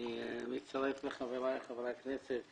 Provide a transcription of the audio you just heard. אני מצטרף לחבריי חברי הכנסת